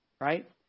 right